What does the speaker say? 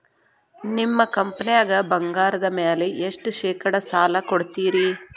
ನಿಮ್ಮ ಕಂಪನ್ಯಾಗ ಬಂಗಾರದ ಮ್ಯಾಲೆ ಎಷ್ಟ ಶೇಕಡಾ ಸಾಲ ಕೊಡ್ತಿರಿ?